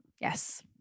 yes